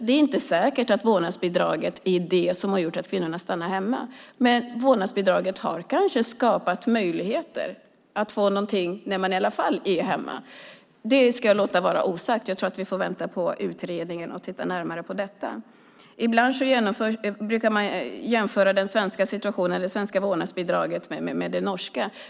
Det är alltså inte säkert att vårdnadsbidraget är det som har gjort att kvinnorna stannar hemma, men det har kanske skapat möjligheter för att få något när man i alla fall är hemma. Det ska jag låta vara osagt. Vi får vänta på utredningen. Ibland brukar man jämföra det svenska vårdnadsbidraget med det norska.